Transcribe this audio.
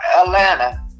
Atlanta